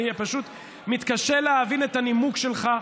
אני פשוט מתקשה להבין את הנימוק שלך,